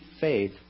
faith